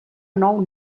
nou